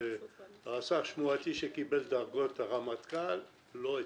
ורס"ר שמועתי שקיבל דרגות רמטכ"ל לא אצלנו.